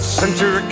center